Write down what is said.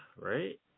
Right